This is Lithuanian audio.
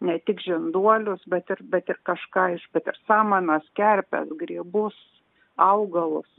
ne tik žinduolius bet ir bet ir kažką iš bet ir samanas kerpes grybus augalus